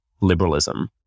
liberalism